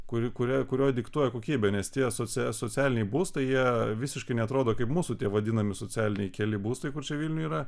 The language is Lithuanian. kuri kuria kurio diktuoja kokybę nes tie socia socialiniai būstai jie visiškai neatrodo kaip mūsų tie vadinami socialiniai keli būstai kur vilniuj yra